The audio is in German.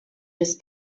des